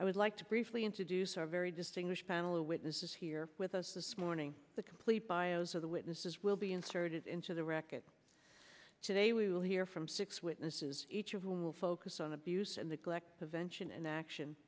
i would like to briefly introduce our very distinguished panel witnesses here with us this morning the complete bios of the witnesses will be inserted into the record today we will hear from six witnesses each of whom will focus on abuse and neglect eventual and action